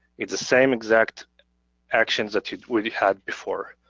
it's the same exact actions that we had before.